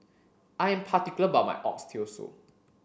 I'm particular about my Oxtail Soup